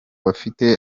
bafite